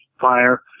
fire